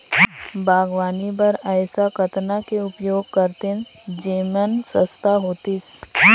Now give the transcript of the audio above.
बागवानी बर ऐसा कतना के उपयोग करतेन जेमन सस्ता होतीस?